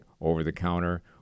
over-the-counter